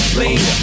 lean